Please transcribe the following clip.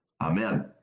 Amen